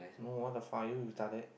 oh the fire retarted